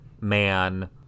man-